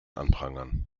anprangern